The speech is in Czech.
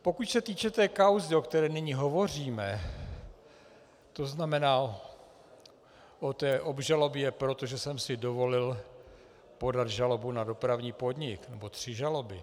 Pokud se týče té kauzy, o které nyní hovoříme, to znamená o té obžalobě, protože jsem si dovolil podat žalobu na Dopravní podnik, nebo tři žaloby...